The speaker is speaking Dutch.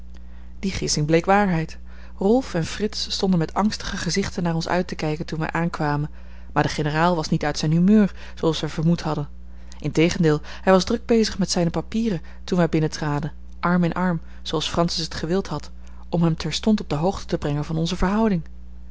die gissing bleek waarheid rolf en frits stonden met angstige gezichten naar ons uit te kijken toen wij aankwamen maar de generaal was niet uit zijn humeur zooals wij vermoed hadden integendeel hij was druk bezig met zijne papieren toen wij binnentraden arm in arm zooals francis het gewild had om hem terstond op de hoogte te brengen van onze verhouding